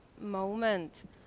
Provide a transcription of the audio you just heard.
moment